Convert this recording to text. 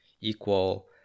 equal